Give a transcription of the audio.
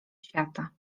świata